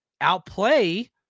outplay